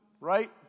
right